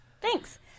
Thanks